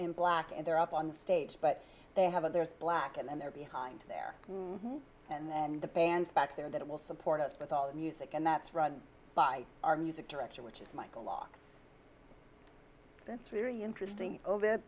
in black and they're up on stage but they haven't there's black and they're behind there and the pants back there that will support us with all the music and that's run by our music director which is michael law that's very interesting that